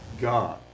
God